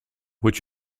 which